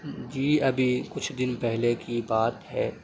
جی ابھی کچھ دن پہلے کی بات ہے